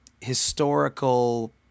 historical